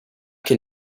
can